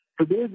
Today